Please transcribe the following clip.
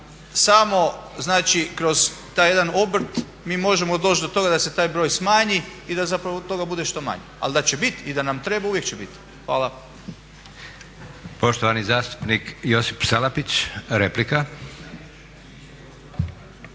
samo znači kroz taj jedan obrt mi možemo doći do toga da se taj broj smanji i da zapravo toga bude što manje. Ali da će bit i da nam treba, uvijek će bit. Hvala.